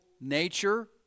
nature